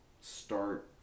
start